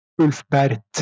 Ulfbert